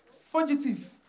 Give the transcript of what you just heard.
fugitive